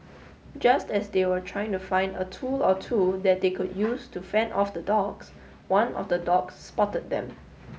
just as they were trying to find a tool or two that they could use to fend off the dogs one of the dogs spotted them